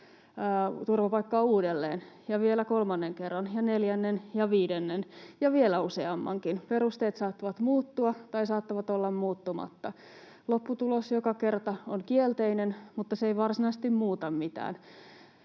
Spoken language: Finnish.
turvapaikkaa uudelleen ja vielä kolmannen kerran ja neljännen ja viidennen ja vielä useammankin. Perusteet saattavat muuttua tai saattavat olla muuttumatta. Lopputulos joka kerta on kielteinen, mutta se ei varsinaisesti muuta mitään.